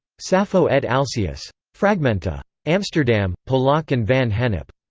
sappho et alcaeus. fragmenta. amsterdam polak and van gennep.